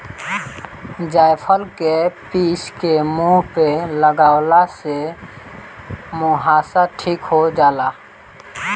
जायफल के पीस के मुह पे लगवला से मुहासा ठीक हो जाला